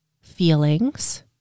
feelings